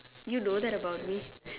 you know that about me